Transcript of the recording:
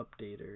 updater